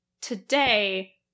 today